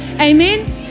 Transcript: amen